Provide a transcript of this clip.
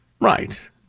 right